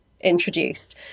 introduced